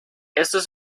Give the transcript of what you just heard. estos